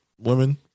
women